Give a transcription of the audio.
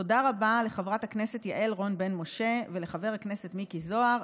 תודה רבה לחברת הכנסת יעל רון בן משה ולחבר הכנסת מיקי זהר.